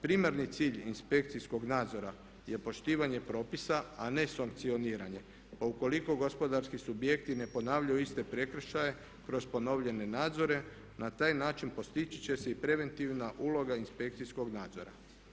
Primarni cilj inspekcijskog nadzora je poštivanje propisa, a ne sankcioniranje, pa ukoliko gospodarski subjekti ne ponavljaju iste prekršaje kroz ponovljene nadzore na taj način postići će se i preventivna uloga inspekcijskog nadzora.